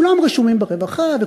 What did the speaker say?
כולם רשומים ברווחה,